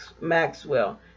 Maxwell